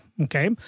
Okay